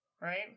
Right